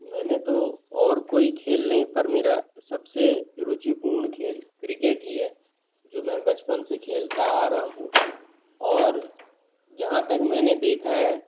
मैंने तो और कोई खेल नहीं पर मेरा सब से रुचिपूर्ण खेल क्रिकेट ही है जो मैं बचपन से खेलता आ रहा हूँ और जहाँ तक मैंने देखा है